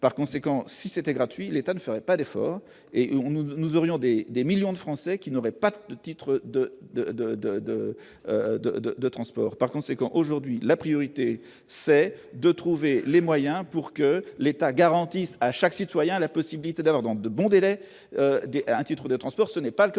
par conséquent, si c'était gratuit, l'État ne fait pas d'effort et nous, nous aurions D des millions de Français qui n'aurait pas de titre de, de, de, de, de, de, de, de transport, par conséquent, aujourd'hui, la priorité, c'est de trouver les moyens pour que l'État garantit à chaque citoyen la possibilité d'avoir dans de bons délais à titre de transport, ce n'est pas le cas